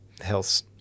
health